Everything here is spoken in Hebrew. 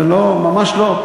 לא, זה לא.